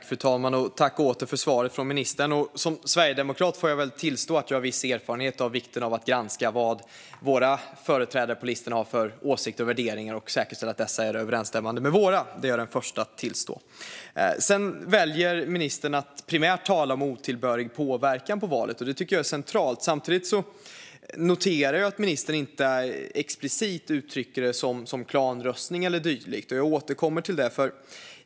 Fru talman! Jag tackar åter för svaret från ministern. Som sverigedemokrat får jag tillstå att jag har viss erfarenhet av vikten av att granska vad våra företrädare på listorna har för åsikter och värderingar och säkerställa att dessa är överensstämmande med våra. Det är jag den första att tillstå. Ministern väljer att primärt tala om otillbörlig påverkan på valet, något som jag tycker är centralt. Samtidigt noterar jag att ministern inte explicit uttrycker det som klanröstning eller dylikt. Jag återkommer till det.